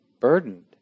burdened